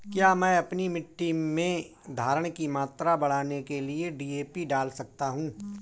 क्या मैं अपनी मिट्टी में धारण की मात्रा बढ़ाने के लिए डी.ए.पी डाल सकता हूँ?